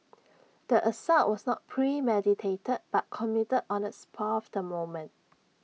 the assault was not premeditated but committed on A spur of the moment